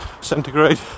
centigrade